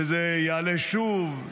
שזה יעלה שוב,